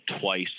twice